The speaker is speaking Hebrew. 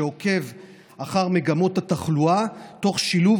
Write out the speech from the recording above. שעוקב אחר מגמות התחלואה תוך שילוב